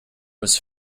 was